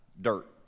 dirt